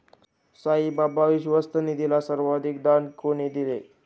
साईबाबा विश्वस्त निधीला सर्वाधिक दान कोणी दिले?